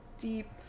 deep